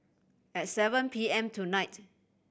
at seven P M tonight